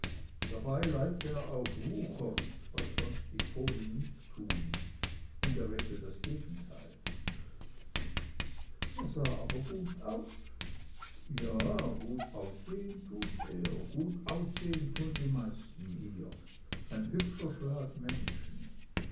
dabei leiht er auf wucher was sonst die polen nicht tun in der regel das gegenteil er sah aber gut aus ja gut aussehen tut er gut aussehen tun die meisten hier ein hübscher schlag menschen